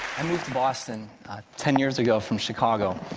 i moved to boston ten years ago from chicago,